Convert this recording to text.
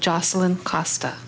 jocelyn cost